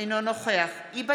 אינו נוכח היבה